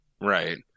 Right